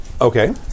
Okay